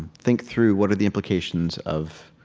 think through, what are the implications of,